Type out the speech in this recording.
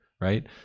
right